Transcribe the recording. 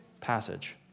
passage